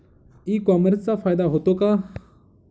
E कॉमर्सचा फायदा होतो का?